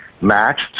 matched